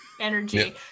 energy